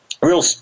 real